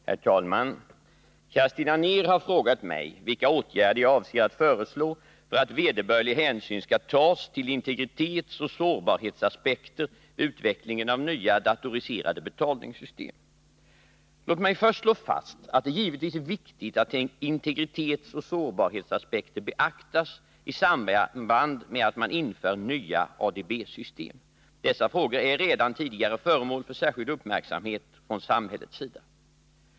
Herr talman! Kerstin Anér har frågat mig vilka åtgärder jag avser att föreslå för att vederbörlig hänsyn skall tas till integritetsoch sårbarhetsaspekter vid utvecklingen av nya datoriserade betalningssystem. Låt mig först slå fast att det givetvis är viktigt att integritetsoch sårbarhetsaspekter beaktas i samband med att man inför nya ADB-system. Dessa frågor är redan tidigare föremål för särskild uppmärksamhet från samhällets sida.